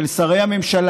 של שרי הממשלה,